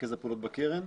מרכז הפעולות בקרן,